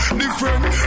different